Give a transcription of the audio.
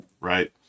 right